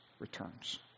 returns